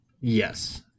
Yes